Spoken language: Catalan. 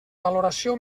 valoració